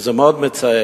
וזה מאוד מצער.